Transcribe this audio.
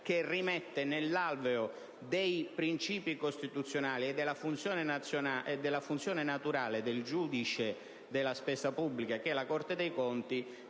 che rimette nell'alveo dei principi costituzionali e della funzione naturale del giudice della spesa pubblica (che è la Corte dei conti)